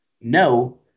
no